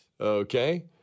Okay